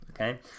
okay